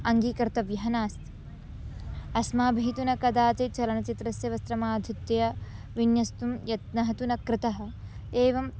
अङ्गीकर्तव्यः नास्ति अस्माभिः तु न कदाचित् चलनचित्रस्य वस्त्रमाधृत्य विन्यस्तुं यत्नः तु न कृतः एवम्